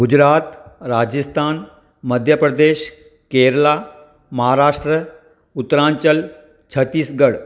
Gujarat Rajasthan Madhya Pradesh Kerala Maharashtra Uttaranchal Chhattisgarh